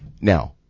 now